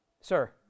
Sir